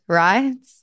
right